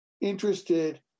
interested